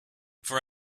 for